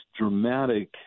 dramatic